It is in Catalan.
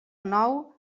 nou